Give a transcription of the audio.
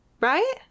Right